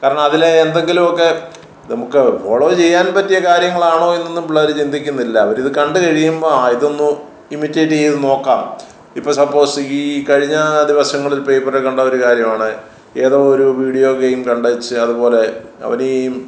കാരണം അതിൽ എന്തെങ്കിലും ഒക്കെ നമുക്ക് ഫോളോ ചെയ്യാൻ പറ്റിയ കാര്യങ്ങളാണോ എന്നൊന്നും പിള്ളേർ ചിന്തിക്കുന്നില്ല അവർ ഇത് കണ്ടു കഴിയുമ്പോൾ ആ ഇതൊന്ന് ഇമിറ്റേറ്റ് ചെയ്തൊന്ന് നോക്കാം ഇപ്പോൾ സപ്പോസ് ഈ കഴിഞ്ഞ ദിവസങ്ങളിൽ പേപ്പറിൽ കണ്ട ഒരു കാര്യം ആണ് ഏതോ ഒരു വീഡിയോ ഗെയിം കണ്ടേച്ച് അതുപോലെ അവന് ഈ